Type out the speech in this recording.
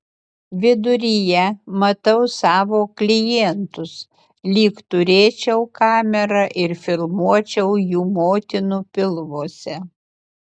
viduryje matau savo klientus lyg turėčiau kamerą ir filmuočiau jų motinų pilvuose